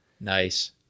Nice